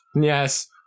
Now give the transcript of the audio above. Yes